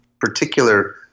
particular